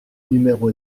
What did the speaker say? numéro